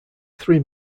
three